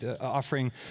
offering